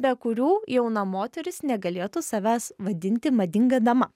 be kurių jauna moteris negalėtų savęs vadinti madinga dama